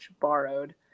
borrowed